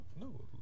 no